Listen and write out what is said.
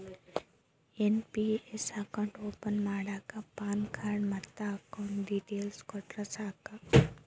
NPS account open ಮಾಡಾಕ pan card ಮತ್ತ account details ಕೊಟ್ರ ಸಾಕ